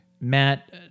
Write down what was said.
Matt